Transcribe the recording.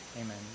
Amen